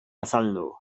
azaldu